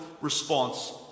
response